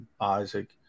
Isaac